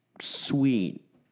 sweet